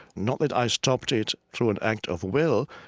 not that i stopped it through an act of will.